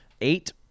eight